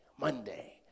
Monday